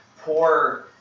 poor